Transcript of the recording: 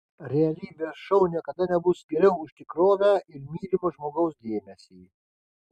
realybės šou niekada nebus geriau už tikrovę ir mylimo žmogaus dėmesį